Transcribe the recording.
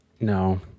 No